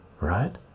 right